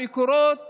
המקורות